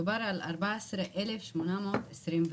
מדובר על 14,824 שקל.